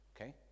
okay